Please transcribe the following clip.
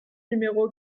numéro